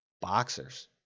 boxers